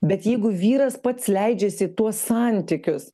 bet jeigu vyras pats leidžiasi į tuos santykius